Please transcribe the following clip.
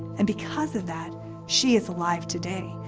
and because of that she is alive today,